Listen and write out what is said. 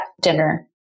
dinner